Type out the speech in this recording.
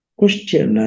question